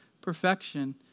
perfection